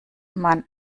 man